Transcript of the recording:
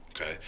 okay